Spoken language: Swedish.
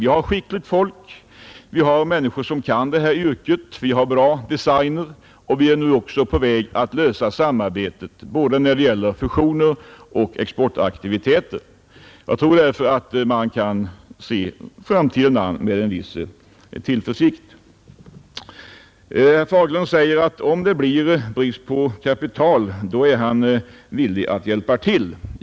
Vi har skickligt folk; dugliga hantverkare bra designers och vi är också på väg att lösa samarbetet både när det gäller fusioner och exportaktiviteter. Jag tror därför att vi kan se framtiden an med viss tillförsikt. Herr Fagerlund säger, att om det blir brist på kapital är han villig att hjälpa till.